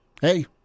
hey